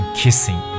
kissing